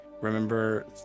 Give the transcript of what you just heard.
remember